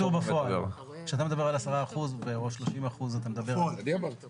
כשאתה מדבר על 10% או 30% --- בפועל.